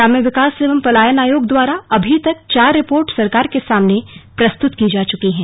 ग्राम्य विकास एवं पलायन आयोग द्वारा अभी तक चार रिपोर्ट सरकार के सामने प्रस्तुत की जा चुकी हैं